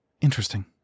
Interesting